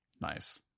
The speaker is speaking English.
Nice